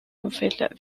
nouvelle